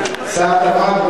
שר התמ"ת,